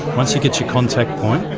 once you get your contact point,